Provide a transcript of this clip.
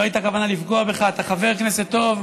לא הייתה כוונה לפגוע בך, אתה חבר כנסת טוב,